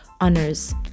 honors